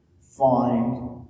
find